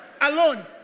Alone